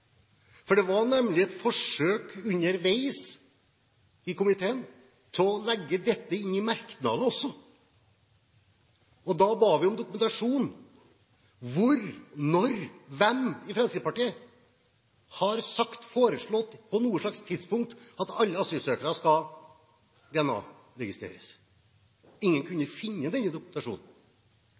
hen. Det var nemlig et forsøk underveis i komiteen om å legge dette inn i merknadene også. Da ba vi om dokumentasjon på hvor, når og hvem i Fremskrittspartiet som har sagt eller foreslått på noe som helst tidspunkt at alle asylsøkere skal DNA-registreres. Ingen kunne finne denne